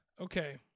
okay